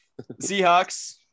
Seahawks